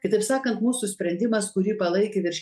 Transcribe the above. kitaip sakant mūsų sprendimas kurį palaikė virš